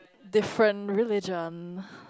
different religion